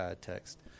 text